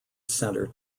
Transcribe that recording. centre